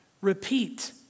repeat